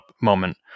moment